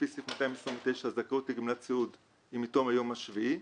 לפי סעיף 229 הזכאות לגמלת סיעוד היא מתום היום השביעי,